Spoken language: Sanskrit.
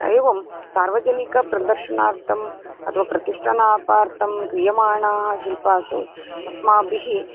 एवं सार्वजनिकप्रदर्शनार्थम् अथवा प्रतिष्ठापनार्थं क्रियमाणाः शिल्पासु अस्माभिः